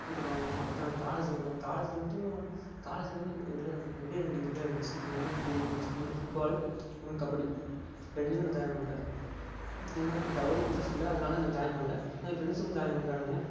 சொல்லுவாங்க அடுத்து நான் காலேஜி வந்தேன் காலேஜி வந்துட்டு காலேஜில் வந்து இதில் ரெண்டே ரெண்டு இதுதான் இருந்துச்சு ரெண்டே ரெண்டு கேம் தான் இருந்துச்சு ஒன்று ஃபுட் பாலு இன்னொன்று கபடி ரெண்டுலேயும் நான் ஜாயின் பண்ணலை ஏன்னால் எனக்கு அவ்வளவா இன்ட்ரஸ்ட்டு இல்லை அதனால நான் ஜாயின் பண்ணலை என் ஃப்ரெண்ட்ஸ்ங்கள் ஜாயின் பண்ணிவிட்டானுங்க